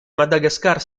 madagascar